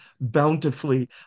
bountifully